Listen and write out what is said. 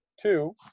Two